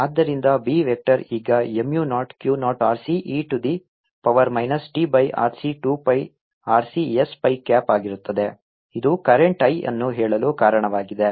ಆದ್ದರಿಂದ B vector ಈಗ mu naught Q naught RC e to the power minus t by RC 2 pi RC s phi cap ಆಗಿರುತ್ತದೆ ಇದು current I ಅನ್ನು ಹೇಳಲು ಕಾರಣವಾಗಿದೆ